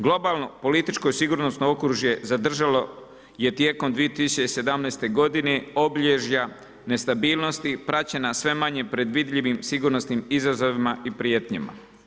Globalno, političko i sigurnosno okružje zadržalo je tijekom 2017. godine obilježja nestabilnosti praćena sve manje predvidljivim sigurnosnim izazovima i prijetnjama.